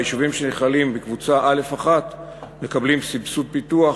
היישובים שנכללים בקבוצה א1 מקבלים סבסוד פיתוח